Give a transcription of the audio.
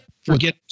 Forget